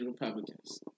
Republicans